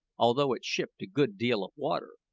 although it shipped a good deal of water,